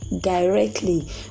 Directly